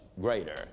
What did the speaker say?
greater